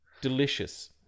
Delicious